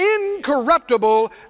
incorruptible